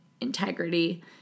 integrity